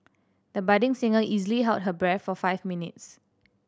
the budding singer easily held her breath for five minutes